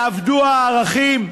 שאבדו הערכים,